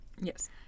Yes